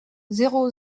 zéro